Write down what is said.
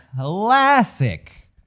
classic